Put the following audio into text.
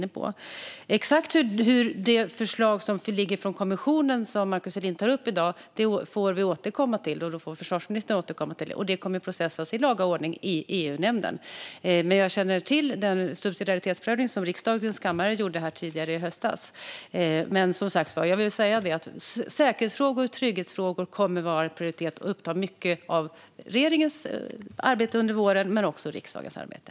Exakt hur det förslag från kommissionen som Markus Selin tar upp i dag ser ut får vi återkomma till. Då får försvarsministern återkomma till er, och det kommer att processas i laga ordning i EU-nämnden. Men jag känner till den subsidiaritetsprövning som riksdagen gjorde tidigare i höstas. Låt mig säga att säkerhetsfrågor och trygghetsfrågor kommer att vara en prioritet och uppta mycket av regeringens arbete under våren och också mycket av riksdagens arbete.